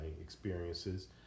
experiences